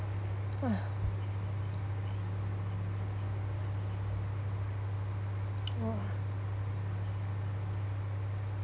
oh